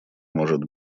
может